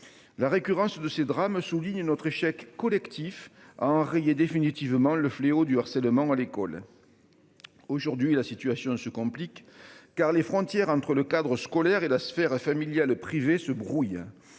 La récurrence de ces drames souligne notre échec collectif à enrayer définitivement le fléau du harcèlement à l'école. Aujourd'hui, la situation se complique, car les frontières entre le cadre scolaire et la sphère familiale privée se brouille.